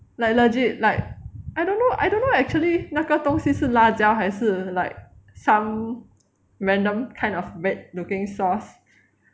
like legit like I don't know I don't know actually 那个东西是辣椒还是 some random kind of red looking source